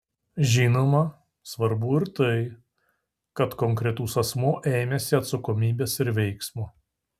žinoma svarbu ir tai kad konkretus asmuo ėmėsi atsakomybės ir veiksmo